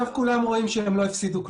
עסקים שתוך כדי זה שיש להם רישיון עסק,